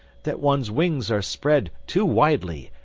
that one's wings are spread too widely,